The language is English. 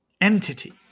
entity